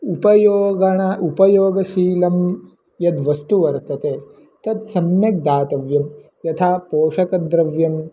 उपयोगः उपयोगशीलं यद्वस्तु वर्तते तत् सम्यक् दातव्यं यथा पोषकद्रव्यं